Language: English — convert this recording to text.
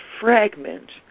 fragment